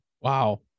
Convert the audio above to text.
wow